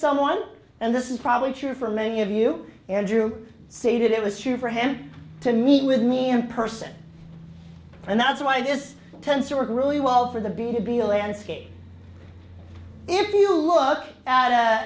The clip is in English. someone and this is probably true for many of you andrew stated it was true for him to meet with me in person and that's why this tends to work really well for the b to be a landscape if you look at